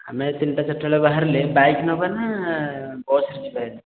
ଆମେ ତିନିଟା ଚାରିଟା ବେଳେ ବାହାରିଲେ ବାଇକ୍ ନେବା ନା ବସ୍ରେ ଯିବା ହେରି